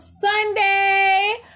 Sunday